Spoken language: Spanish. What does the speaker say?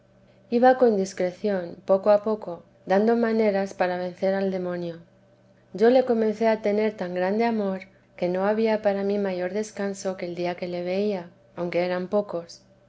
iba con discreción poco a poco dando maneras para vencer al demonio yo le comencé a tener tan grande amor que no había para mí mayor descanso que el día que le veía aunque eran pocos